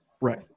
Right